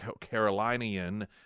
Carolinian